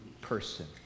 person